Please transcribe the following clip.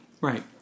Right